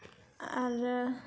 आरो